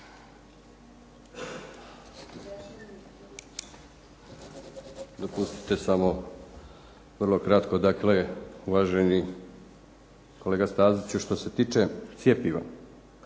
Dopustite samo vrlo kratko. Dakle uvaženi kolega Staziću, što se tiče cjepiva.